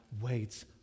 waits